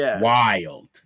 wild